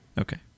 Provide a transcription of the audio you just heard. Okay